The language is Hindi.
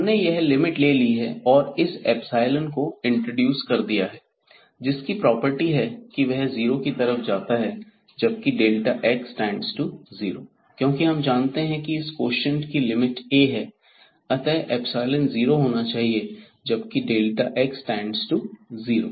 हमने यह लिमिट ले ली है और इस एप्सिलोन को इंट्रोडूस कर दिया है जिसकी प्रॉपर्टी है कि वह जीरो की तरफ जाता है जबकि x→0 क्योंकि हम जानते हैं कि इस कोशिएंट की लिमिट A है अतः एप्सिलोन जीरो होना चाहिए जबकि x→0